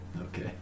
okay